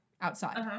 outside